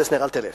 פלסנר, אל תלך.